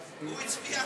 הוא הצביע נגד,